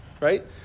right